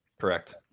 Correct